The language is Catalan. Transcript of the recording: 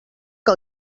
que